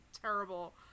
terrible